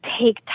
take